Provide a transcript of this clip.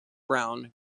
brown